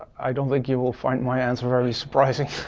i don't think you will find my answer very surprising.